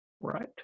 right